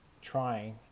trying